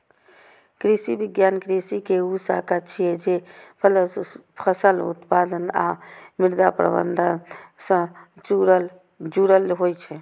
कृषि विज्ञान कृषि के ऊ शाखा छियै, जे फसल उत्पादन आ मृदा प्रबंधन सं जुड़ल होइ छै